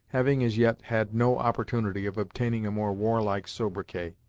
having as yet had no opportunity of obtaining a more warlike sobriquet.